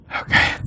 Okay